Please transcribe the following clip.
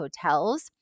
hotels